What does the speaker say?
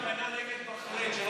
דודי, הפגנה נגד בחריין, שלא,